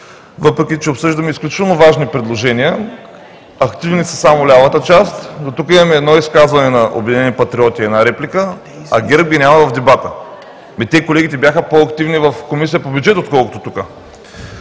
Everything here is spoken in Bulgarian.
въпреки че обсъждаме изключително важни предложения, активни са само лявата част, дотук имаме едно изказване на „Обединени патриоти“ и една реплика, а ГЕРБ ги няма в дебата. Колегите бяха по-активни в Комисията по бюджет и финанси, отколкото тук.